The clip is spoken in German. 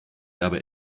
aber